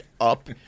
up